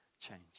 change